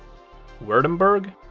wurttemberg,